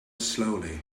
slowly